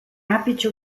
apice